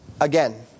again